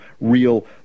real